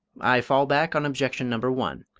i fall back on objection number one.